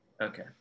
Okay